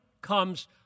comes